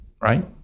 Right